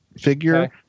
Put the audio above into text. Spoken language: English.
figure